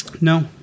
No